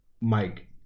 Mike